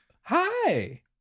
Hi